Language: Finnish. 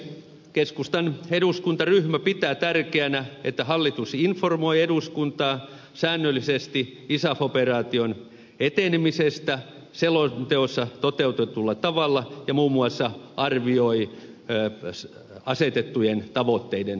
keskustan eduskuntaryhmä pitää tärkeänä että hallitus informoi eduskuntaa säännöllisesti isaf operaation etenemisestä selonteossa toteutetulla tavalla ja muun muassa arvioi asetettujen tavoitteiden saavuttamista